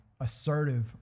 assertive